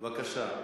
בבקשה.